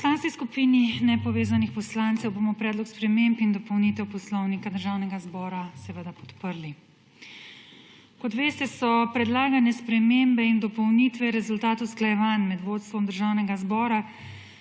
V Poslanski skupini nepovezanih poslancev bomo Predlog sprememb in dopolnitev Poslovnika državnega zbora seveda podprli. Kot veste, so predlagane spremembe in dopolnitve rezultat usklajevanj med vodstvom Državnega zbora,